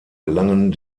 gelangen